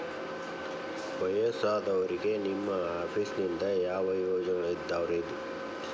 ವಯಸ್ಸಾದವರಿಗೆ ನಿಮ್ಮ ಆಫೇಸ್ ನಿಂದ ಯಾವ ಯೋಜನೆಗಳಿದಾವ್ರಿ?